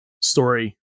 story